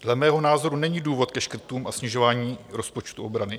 Dle mého názoru není důvod ke škrtům a snižování rozpočtu obrany.